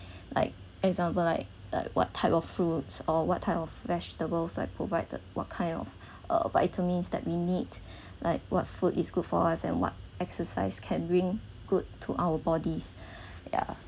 like example like like what type of fruits or what type of vegetables like provided what kind of uh vitamins that we need like what food is good for us and what exercise can bring good to our bodies yeah